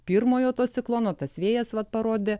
pirmojo to ciklono tas vėjas vat parodė